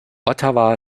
ottawa